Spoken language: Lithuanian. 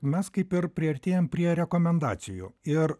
mes kaip ir priartėjame prie rekomendacijų ir